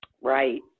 Right